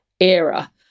era